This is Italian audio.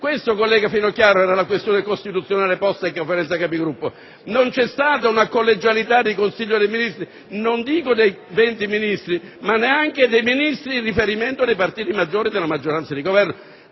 Questa, collega Finocchiaro, era la problematica costituzionale posta nella Conferenza dei Capigruppo. Non c'è stata una collegialità del Consiglio dei ministri, non dico dei venti Ministri, ma neanche dei Ministri che rappresentano i partiti maggiori della maggioranza di Governo.